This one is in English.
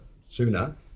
sooner